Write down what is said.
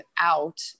out